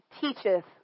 teacheth